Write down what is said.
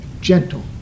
gentle